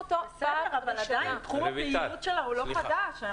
בסדר, אבל עדיין, תחום הפעילות שלה הוא לא חדש.